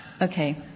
Okay